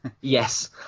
yes